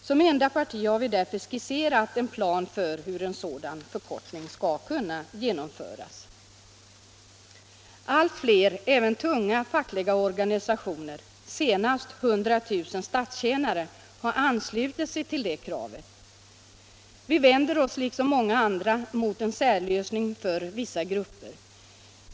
Som enda parti har vi därför skisserat en plan för hur en sådan förkortning skall kunna genomföras. Allt fler även tunga fackliga organisationer, senast 100 000 statstjänare har anslutit sig till det kravet. Vi vänder oss liksom många andra mot en särlösning för vissa grupper.